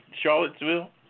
Charlottesville